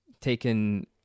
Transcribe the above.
taken